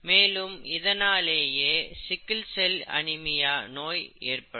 மேலும் இதனாலேயே sickle cell anaemia நோய் ஏற்படும்